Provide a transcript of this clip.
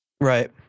Right